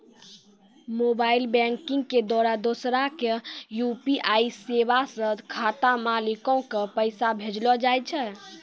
mobile banking के द्वारा दोसरा के यू.पी.आई सेबा से खाता मालिको के पैसा भेजलो जाय छै